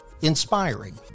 Inspiring